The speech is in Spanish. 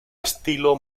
estilo